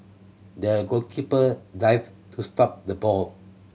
the goalkeeper dives to stop the ball